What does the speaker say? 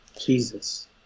Jesus